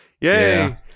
Yay